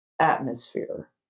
atmosphere